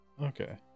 Okay